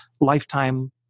lifetime